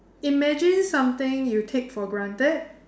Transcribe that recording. imagine something you take for granted